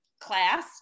class